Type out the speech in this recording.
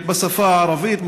בשפה הערבית?